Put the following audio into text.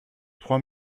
trois